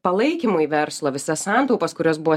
palaikymui verslo visas santaupas kurios buvo